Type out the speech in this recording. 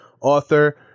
author